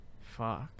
Fuck